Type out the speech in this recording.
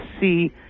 see